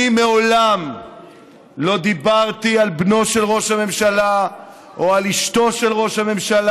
מעולם לא דיברתי על בנו של ראש הממשלה או על אשתו של ראש הממשלה.